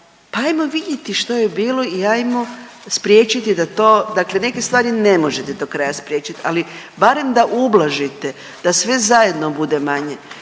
ajmo vidjeti što je bilo i ajmo spriječiti da to, dakle neke stvari ne možete do kraja spriječit, ali barem da ublažite da sve zajedno bude manje.